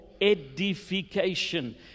edification